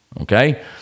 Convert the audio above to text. Okay